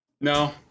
No